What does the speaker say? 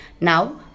Now